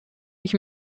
ich